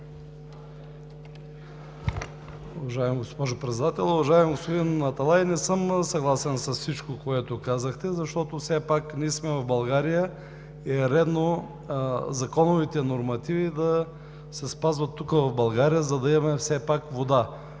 Уважаема госпожо Председател! Уважаеми господин Аталай, не съм съгласен с всичко, което казахте, защото все пак ние сме в България и е редно законовите нормативи да се спазват тук, в България, за да имаме вода.